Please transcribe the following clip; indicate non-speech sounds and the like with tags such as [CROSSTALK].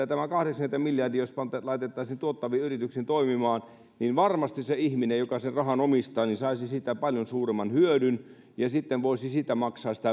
[UNINTELLIGIBLE] tämä kahdeksankymmentä miljardia jos laitettaisiin tuottaviin yrityksiin toimimaan varmasti se ihminen joka sen rahan omistaa saisi siitä paljon suuremman hyödyn ja sitten voisi siitä maksaa